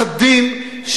חדים,